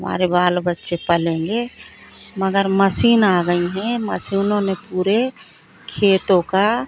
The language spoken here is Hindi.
हमारे बाल बच्चे पलेंगे मगर मसीन आ गई हैं मसीनों ने पूरे खेतों का